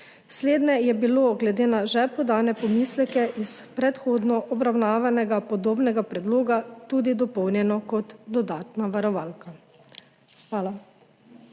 Slednje je bilo glede na že podane pomisleke iz predhodno obravnavanega podobnega predloga tudi dopolnjeno kot dodatna varovalka. Hvala.